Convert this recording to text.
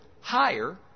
higher